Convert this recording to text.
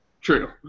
True